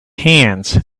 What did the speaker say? hands